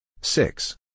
six